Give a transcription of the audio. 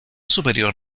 superior